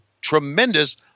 tremendous